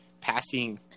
passing